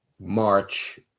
march